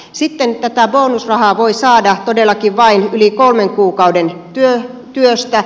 sitten tätä bonusrahaa voi saada todellakin vain yli kolmen kuukauden työstä